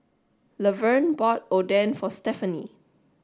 Laverne bought Oden for Stefani